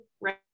right